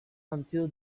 until